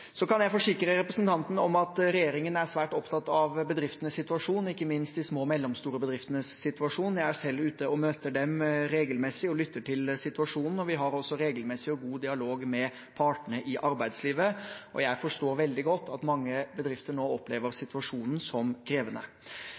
Så kan jeg forsikre representanten om at regjeringen er svært opptatt av bedriftenes situasjon, ikke minst de små og mellomstore bedriftenes situasjon. Jeg er selv ute og møter dem regelmessig og lytter til situasjonen. Vi har også regelmessig og god dialog med partene i arbeidslivet, og jeg forstår veldig godt at mange bedrifter nå opplever situasjonen som krevende.